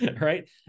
Right